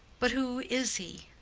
but who is he?